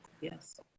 Yes